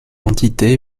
entité